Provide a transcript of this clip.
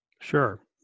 Sure